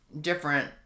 different